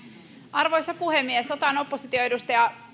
arvoisa puhemies otan oppositioedustaja